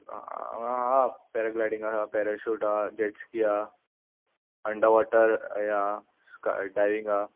आं आहा पेराग्लायडिंग आसा पॅराशूट हां जेटस्की हां अंडर वॉटर येहा स्काय डायविंग हां